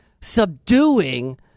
subduing